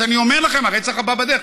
אז אני אומר לכם, הרצח הבא בדרך.